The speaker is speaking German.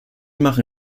machen